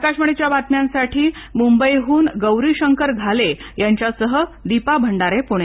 आकाशवाणीच्या बातम्यांसाठी मुंबईहून गौरीशंकर घाले यांच्यासह दीपा भंडारे पुणे